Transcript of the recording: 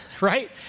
right